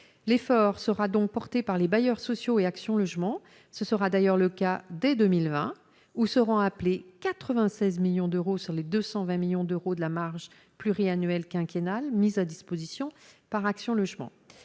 l'effort sera donc porté par les bailleurs sociaux et Action Logement, ce sera d'ailleurs le cas dès 2020, où seront appelés 96 millions d'euros sur les 220 millions d'euros de la marge pluriannuel quinquennal mise à disposition par Action logement,